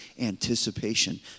anticipation